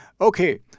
Okay